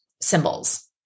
symbols